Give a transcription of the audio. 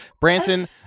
Branson